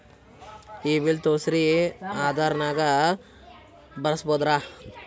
ಈ ಬಿಲ್ ತೋಸ್ರಿ ಆಧಾರ ನಾಗ ವಿಳಾಸ ಬರಸಬೋದರ?